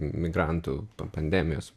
migrantų po pandemijos